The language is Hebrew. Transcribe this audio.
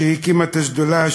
שהקימה את השדולה,